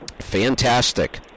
Fantastic